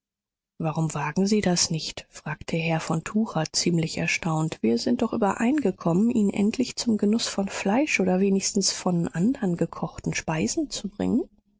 warum wagen sie das nicht fragte herr von tucher ziemlich erstaunt wir sind doch übereingekommen ihn endlich zum genuß von fleisch oder wenigstens von andern gekochten speisen zu bringen